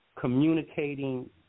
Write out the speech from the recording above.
communicating